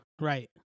Right